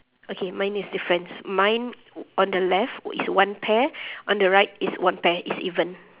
okay mine is difference mine on the left is one pair on the right is one pair is even